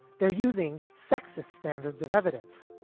they're using sexist standards of evidence.